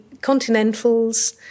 continentals